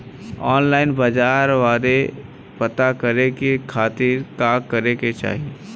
Online बाजार भाव पता करे के खाती का करे के चाही?